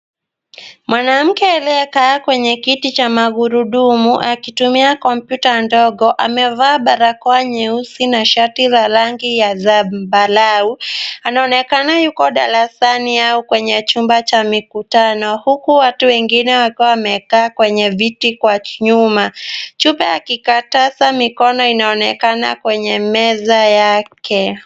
Mwanamke aliyevaa kwenye kiti cha magurudumu akitumia kompyuta ndogo. Amevaa barakoa nyeusi na shati la rangi ya zambarau. Anaonekana yuko darasani au chumba cha mikutano huku watu wengine wakiwa wamekaa kwenye viti kwa nyuma. Chupa za kikataza mkono inaonekana kwenye meza yake.